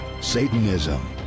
Satanism